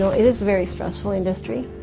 so it is a very stressful industry.